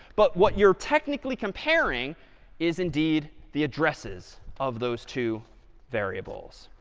but what you're technically comparing is indeed the addresses of those two variables.